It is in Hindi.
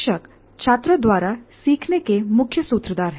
शिक्षक छात्रों द्वारा सीखने के मुख्य सूत्रधार हैं